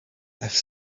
have